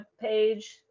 page